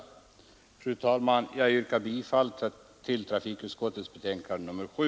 Fru talman! Jag yrkar bifall till trafikutskottets hemställan i betänkandet nr 7.